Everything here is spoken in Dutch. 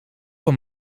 van